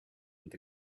with